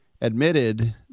admitted